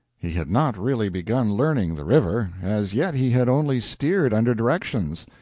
he had not really begun learning the river as yet he had only steered under directions.